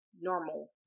normal